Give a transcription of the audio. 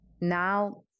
now